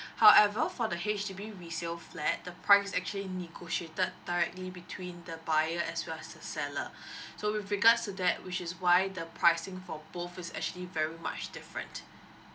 however for the H_D_B resale flat the price is actually negotiated directly between the buyer as well as the seller so with regards to that which is why the pricing for both is actually very much different